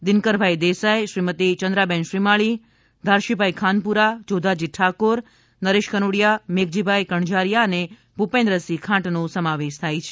દિનકરભાઇ દેસાઇ શ્રીમતી ચંદ્રાબહેન શ્રીમાળી ધારશીભાઇ ખાનપુરા જોધાજી ઠાકોર નરેશ કનોડિયા મેઘજીભાઇ કણઝારીયા અને ભૂપેન્દ્રસિંહ ખાંટનો સમાવેશ થાય છે